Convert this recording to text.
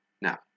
Now